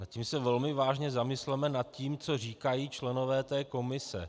My se velmi vážně zamysleme nad tím, co říkají členové té komise.